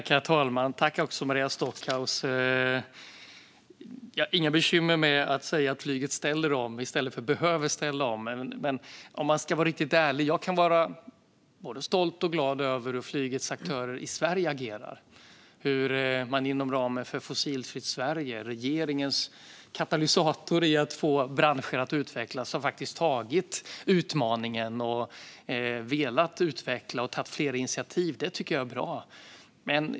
Herr talman! Jag har inga bekymmer med att säga att flyget ställer om i stället för att säga att det behöver ställa om. Jag är stolt och glad över hur flygets aktörer i Sverige agerar och hur man inom ramen för Fossilfritt Sverige - regeringens katalysator vad gäller att få branschen att utvecklas - har tagit sig an utmaningen, velat utveckla och tagit flera initiativ. Det tycker jag är bra.